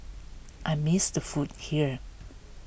I miss the food here